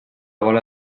bola